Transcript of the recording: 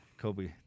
Kobe